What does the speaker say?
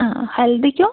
ആ ഹൽദിക്കോ